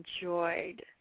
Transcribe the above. enjoyed